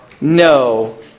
no